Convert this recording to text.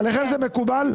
ועליכם זה מקובל?